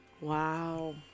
Wow